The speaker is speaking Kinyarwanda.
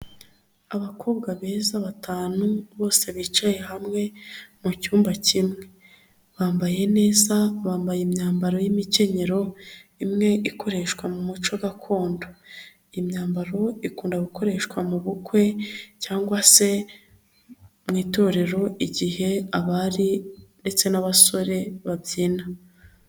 Abakobwa beza batanu, bose bicaye hamwe mu cyumba kimwe, bambaye neza, bambaye imyambaro y'imikenyero imwe ikoreshwa mu muco gakondo, iyi myambaro ikunda gukoreshwa mu bukwe cyangwa se mu itorero igihe abari ndetse n'abasore babyina.